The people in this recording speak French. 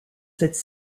cette